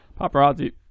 Paparazzi